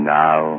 now